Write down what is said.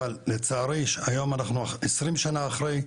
אבל לצערי היום אנחנו 20 שנה אחרי,